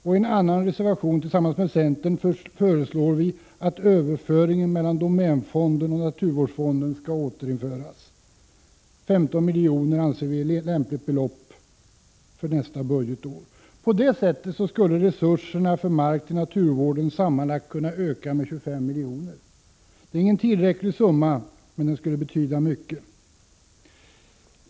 I en annan reservation föreslår vi tillsammans med centern att överföringen mellan domänfonden och naturvårdsfonden skall återinföras. 15 miljoner anser vi är ett lämpligt belopp för nästa budgetår. På det sättet skulle resurserna för markoch naturvården kunna öka med sammanlagt 25 miljoner. Det är inte en tillräcklig summa, men den skulle betyda mycket.